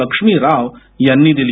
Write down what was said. लक्ष्मी राव यांनी दिली